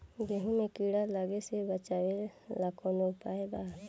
गेहूँ मे कीड़ा लागे से बचावेला कौन उपाय बा?